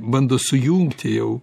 bando sujungti jau